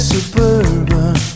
Suburban